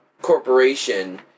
corporation